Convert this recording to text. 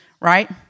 Right